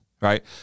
right